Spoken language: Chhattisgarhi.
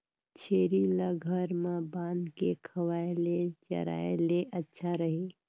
छेरी ल घर म बांध के खवाय ले चराय ले अच्छा रही?